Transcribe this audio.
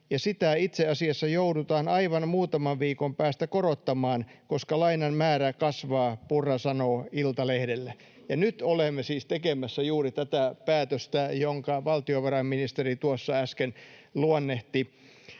sitä itse asiassa joudutaan aivan muutaman viikon päästä korottamaan, koska lainan määrä kasvaa’, Purra sanoo Iltalehdelle.” Ja nyt olemme siis tekemässä juuri tätä päätöstä, jonka valtiovarainministeri tuossa äsken luonnehti.